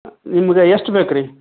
ನಿಮ್ಗೆ ಎಷ್ಟು ಬೇಕು ರೀ